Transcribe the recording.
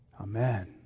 Amen